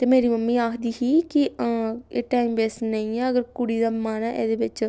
ते मेरी मम्मी आखदी ही कि हां एह् टाइम वेस्ट नेईं ऐ अगर कुड़ी दा मन ऐ एह्दे बिच्च